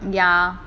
ya